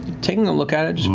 taking a look at it,